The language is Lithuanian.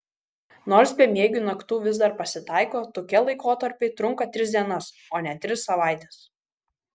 nors bemiegių naktų vis dar pasitaiko tokie laikotarpiai trunka tris dienas o ne tris savaites